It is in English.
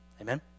Amen